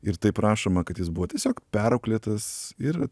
ir taip rašoma kad jis buvo tiesiog perauklėtas ir